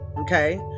Okay